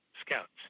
scouts